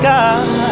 God